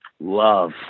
Love